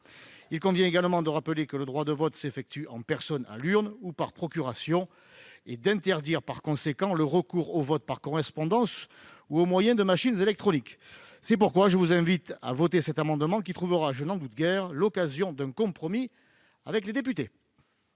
Il convient également de rappeler que le droit de vote s'effectue en personne, à l'urne ou par procuration, et d'interdire par conséquent le recours au vote par correspondance ou par le biais de machines électroniques. C'est pourquoi, mes chers collègues, je vous invite à voter cet amendement, sur lequel, je n'en doute guère, un compromis saura être trouvé avec les députés.